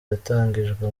yatangijwe